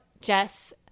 Jess